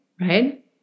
Right